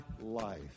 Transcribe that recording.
life